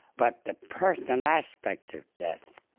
but the personal aspects of death,